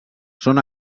són